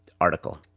Article